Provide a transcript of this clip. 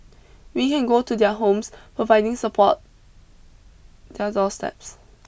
we can go to their homes providing support their doorsteps